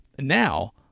Now